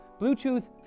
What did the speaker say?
Bluetooth